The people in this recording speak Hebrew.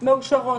מאושרות.